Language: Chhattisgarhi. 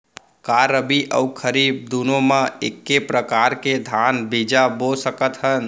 का रबि अऊ खरीफ दूनो मा एक्के प्रकार के धान बीजा बो सकत हन?